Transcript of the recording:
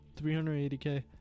380k